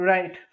Right